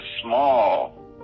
small